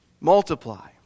multiply